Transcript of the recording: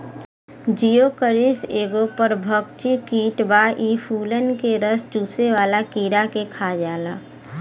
Geocoris एगो परभक्षी कीट बा इ फूलन के रस चुसेवाला कीड़ा के खा जाला